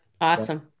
awesome